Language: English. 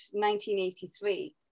1983